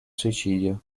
suicidio